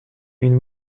une